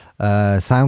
sound